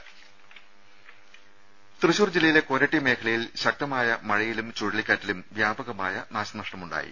രുമ തൃശൂർ ജില്ലയിലെ കൊരട്ടി മേഖലയിൽ ശക്തമായ മഴയിലും ചുഴലിക്കാറ്റിലും വ്യാപകമായ നാശനഷ്ടമുണ്ടായി